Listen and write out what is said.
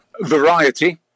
variety